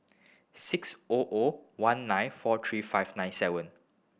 six O O one nine four three five nine seven